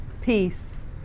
peace